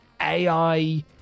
AI